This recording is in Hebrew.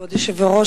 כבוד היושב-ראש,